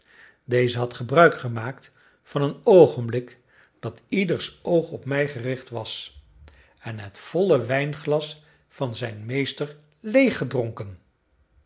deze had gebruik gemaakt van een oogenblik dat ieders oog op mij gericht was en het volle wijnglas van zijn meester